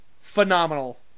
phenomenal